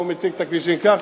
פעם הוא מציג את הכבישים כך,